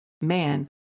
man